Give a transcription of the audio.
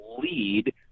lead